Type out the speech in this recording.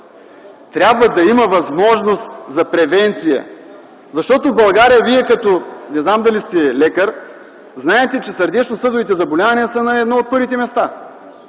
Трябва да има възможност за превенция, защото в България – не знам дали сте лекар, знаете, че сърдечносъдовите заболявания са на едно от първите места